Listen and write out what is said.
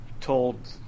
told